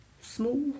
small